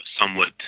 somewhat